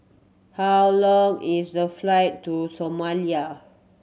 how long is the flight to Somalia